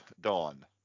Dawn